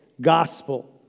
gospel